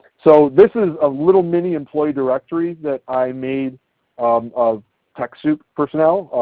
so this is a little mini employee directory that i made of techsoup personnel,